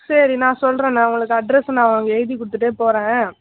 சரி நான் சொல்கிறேன் நான் உங்களுக்கு அட்ரெஸை நான் அங்கே எழுதி கொடுத்துட்டே போகிறேன்